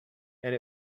and